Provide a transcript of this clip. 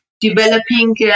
developing